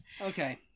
Okay